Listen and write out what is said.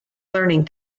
learning